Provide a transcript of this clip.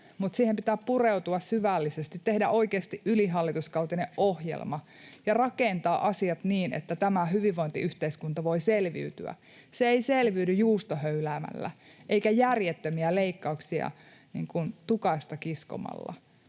mutta siihen pitää pureutua syvällisesti, tehdä oikeasti ylihallituskautinen ohjelma ja rakentaa asiat niin, että tämä hyvinvointiyhteiskunta voi selviytyä. Se ei selviydy juustohöyläämällä eikä järjettömiä leikkauksia tukasta kiskomalla,